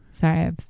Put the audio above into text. Sorry